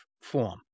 form